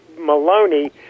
Maloney